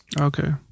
okay